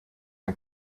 ein